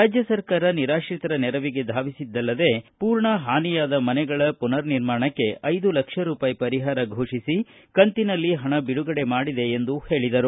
ರಾಜ್ಯ ಸರ್ಕಾರ ನಿರಾತ್ರಿತರ ನೆರವಿಗೆ ಧಾವಿಸಿದಲ್ಲದೇ ಪೂರ್ಣ ಹಾನಿಯಾದ ಮನೆಗಳ ಪುನರ್ ನಿರ್ಮಾಣಕ್ಕೆ ಐದು ಲಕ್ಷ ರೂಪಾಯಿ ಪರಿಹಾರ ಫೋಷಿಸಿ ಕಂತಿನಲ್ಲಿ ಹಣ ಬಿಡುಗಡೆ ಮಾಡಿದೆ ಎಂದು ಹೇಳಿದರು